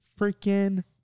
freaking